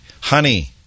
honey